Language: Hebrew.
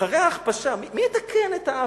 אחרי ההכפשה, מי יתקן את העוול?